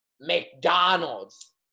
McDonald's